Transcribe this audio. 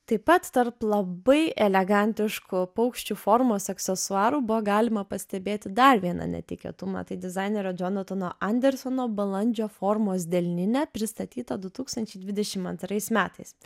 taip pat tarp labai elegantiškų paukščių formos aksesuarų buvo galima pastebėti dar vieną netikėtumą tai dizainerio džonatano andersono balandžio formos delninė pristatyta du tūkstančiai dvidešimt antrais metais